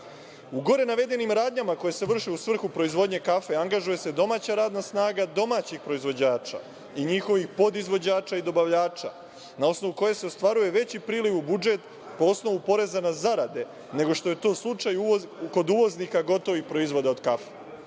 gore navedenim radnjama koje se vrše u svrhu proizvodnje kafe angažuje se domaća radna snaga domaćih proizvođača i njihovih podizvođača i dobavljača, a na osnovu kojih se ostvaruje veći priliv u budžet po osnovu poreza na zarade, nego što je to slučaj kod uvoznika gotovih proizvoda od kafe.